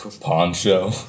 poncho